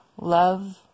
Love